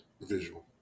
visual